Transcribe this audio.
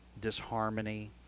disharmony